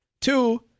Two